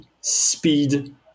speed